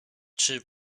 czy